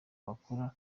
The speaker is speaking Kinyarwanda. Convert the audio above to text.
bakora